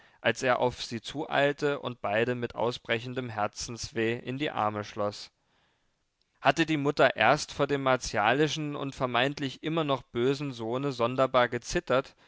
als er auf sie zueilte und beide mit ausbrechendem herzensweh in die arme schloß hatte die mutter erst vor dem martialischen und vermeintlich immer noch bösen sohne sonderbar gezittert